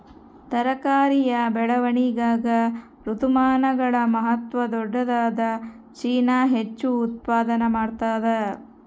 ತರಕಾರಿಯ ಬೆಳವಣಿಗಾಗ ಋತುಮಾನಗಳ ಮಹತ್ವ ದೊಡ್ಡದಾದ ಚೀನಾ ಹೆಚ್ಚು ಉತ್ಪಾದನಾ ಮಾಡ್ತದ